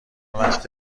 وقت